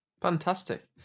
Fantastic